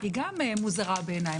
היא גם מוזרה בעיניי.